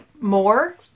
more